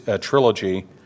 trilogy